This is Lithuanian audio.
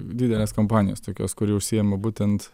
didelės kompanijos tokios kuri užsiima būtent